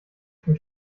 schon